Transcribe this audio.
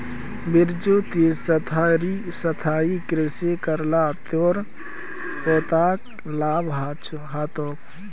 बिरजू ती स्थायी कृषि कर ल तोर पोताक लाभ ह तोक